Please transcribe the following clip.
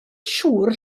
siŵr